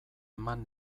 eman